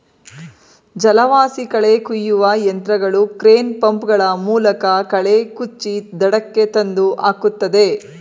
ಜಲವಾಸಿ ಕಳೆ ಕುಯ್ಯುವ ಯಂತ್ರಗಳು ಕ್ರೇನ್, ಪಂಪ್ ಗಳ ಮೂಲಕ ಕಳೆ ಕುಚ್ಚಿ ದಡಕ್ಕೆ ತಂದು ಹಾಕುತ್ತದೆ